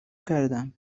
کردماسم